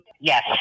yes